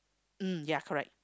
mm ya correct